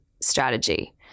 strategy